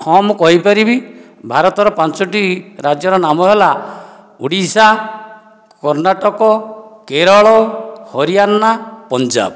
ହଁ ମୁଁ କହିପାରିବି ଭାରତର ପାଞ୍ଚୋଟି ରାଜ୍ୟର ନାମ ହେଲା ଓଡ଼ିଶା କର୍ଣ୍ଣାଟକ କେରଳ ହରିୟାଣା ପଞ୍ଜାବ